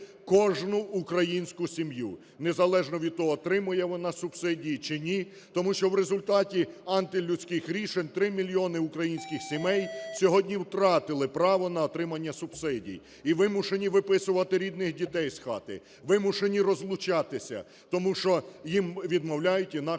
кожну українську сім'ю, незалежно від того, отримує вона субсидії чи ні. Тому що в результаті антилюдських рішень 3 мільйони українських сімей сьогодні втратили право на отримання субсидій і вимушені виписувати рідних дітей з хати, вимушені розлучатися, тому що їм відмовляють інакше